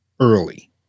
early